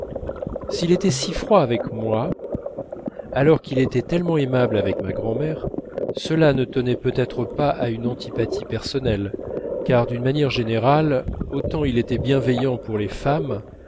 s'il était froid avec moi alors qu'il était tellement aimable avec ma grand'mère cela ne tenait peut-être pas à une antipathie personnelle car d'une manière générale autant il était bienveillant pour les femmes